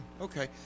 Okay